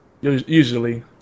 Usually